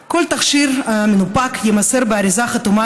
"30(א) כל תכשיר המנופק יימסר באריזה חתומה